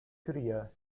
korea